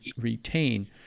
retain